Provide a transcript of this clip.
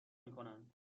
میکنند